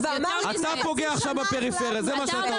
אתה פוגע עכשיו בפריפריה, זה מה שאתה עושה.